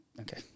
Okay